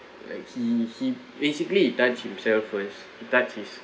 like he he basically he touched himself first he touched his